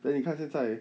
then 你看现在